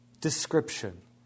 description